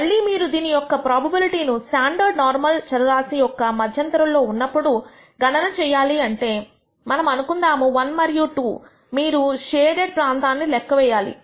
మళ్లీ మీరు దీని యొక్క ప్రోబబిలిటీ ను స్టాండర్డ్ నార్మల్ చర రాశి ఒక మధ్యంతరం లో ఉన్నప్పుడు గణన చేయాలి అంటే మనము అనుకుందాము 1 మరియు 2 మీరు షేడెడ్ ప్రాంతాన్ని లెక్క వెయ్యాలి